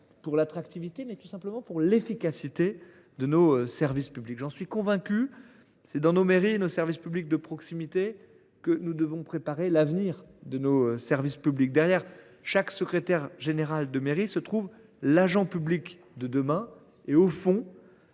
pour l’attractivité et l’efficacité de nos services publics. J’en suis absolument convaincu : c’est dans nos mairies et nos services publics de proximité que nous devons préparer l’avenir de nos services publics. Derrière chaque secrétaire général de mairie se trouve l’agent public de demain. Sous